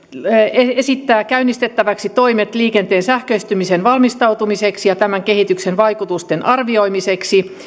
esittää käynnistettäväksi toimet liikenteen sähköistymiseen valmistautumiseksi ja tämän kehityksen vaikutusten arvioimiseksi